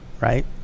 right